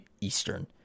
Eastern